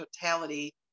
totality